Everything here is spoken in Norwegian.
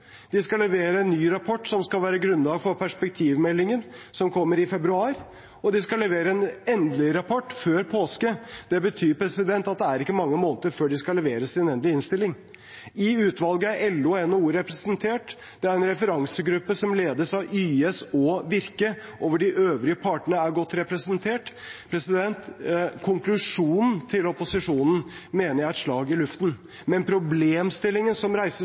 De skal levere en ny rapport som skal være grunnlag for perspektivmeldingen, som kommer i februar, og de skal levere en endelig rapport før påske. Det betyr at det er ikke mange månedene til de skal levere sin endelige innstilling. I utvalget er LO og NHO representert, og det er en referansegruppe som ledes av YS og Virke, hvor de øvrige partene er godt representert. Opposisjonens konklusjon mener jeg er et slag i luften, men problemstillingen som reises,